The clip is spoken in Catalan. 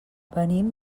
venim